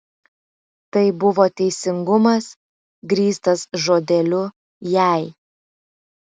tai buvo teisingumas grįstas žodeliu jei